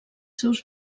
seus